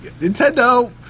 Nintendo